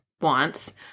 wants